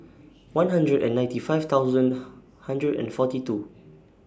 one hundred and ninety five thousand hundred and forty two